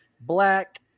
black